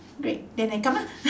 great then I come lah